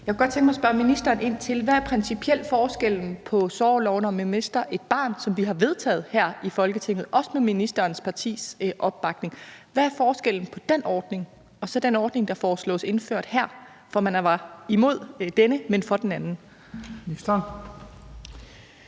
Jeg kunne godt tænke mig at spørge ministeren: Hvad er principielt forskellen på sorgorlov, når man mister et barn – en ordning, som vi har vedtaget her i Folketinget, også med ministerens partis opbakning – og så den ordning, der foreslås indført her, hvor man altså er imod denne, men for den anden? Kl.